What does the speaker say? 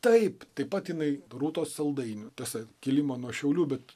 taip taip pat jinai rūtos saldainių tasai kilimo nuo šiaulių bet